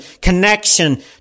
connection